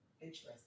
interesting